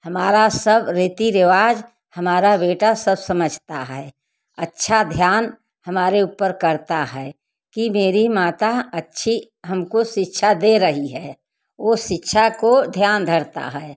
हमारा सब रीति रिवाज हमारा बेटा सब समझता है अच्छा ध्यान हमारे ऊपर करता है कि मेरी माता अच्छी हमको शिक्षा दे रही है वह शिक्षा को ध्यान धरता है